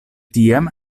tiam